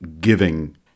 giving